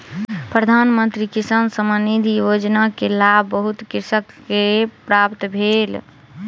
प्रधान मंत्री किसान सम्मान निधि योजना के लाभ बहुत कृषक के प्राप्त भेल